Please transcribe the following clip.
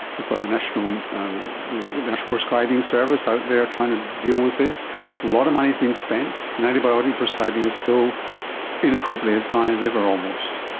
we've got the national um national prescribing service out there trying to deal with this. a lot of money has been spent and antibiotic prescribing is still inappropriately as high as ever almost.